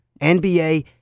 NBA